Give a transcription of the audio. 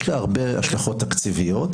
יש לה הרבה השלכות תקציביות,